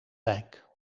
wijk